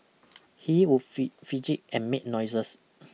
he would fee fidget and make noises